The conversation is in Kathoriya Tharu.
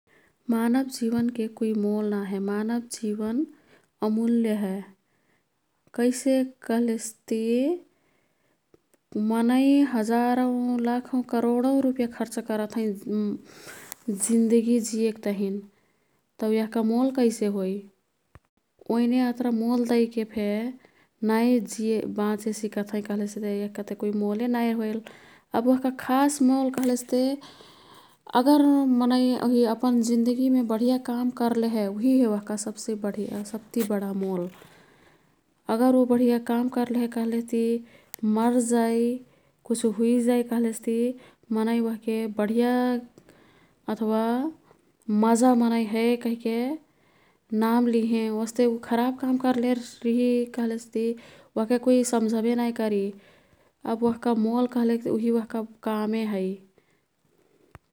मानव जीवनके कुई मोल ना हे। मानव जीवन अमुल्य हे। कैसे कह्लेसती मनै हजारौ, लाखौ, करोडौं रुपयाखर्च करत् हैं, जिन्दगी जिएक तहिन, तौ यह्का मोल कैसे होई। ओईने अत्रा मोल दैकेफे नाई बाँचे सिकत हैं कह्लेसेते यह्काते कुई मोले नाई होइल। अब यह्का खास मोल कह्लेस् ते अगर मनै उही अपन जिन्दगीमे बढिया काम कर्ले हे उही हे ओह्का सब्से सब्से बडा मोल। अगर ऊ बढिया काम कर्ले हे कह्लेती मर जाई कुछु हुइ जाई कह्लेस ती मनै ओह्के बढिया अथवा मजा मनै हे कहिके नाम लिहें। ओस्ते ऊ खराब काम कर्लेरिही कह्लेस्ती ओह्के कुई सम्झबे नाई करी। अब ओह्का मोल कह्लेक उही ओह्का कामे है।